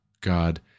God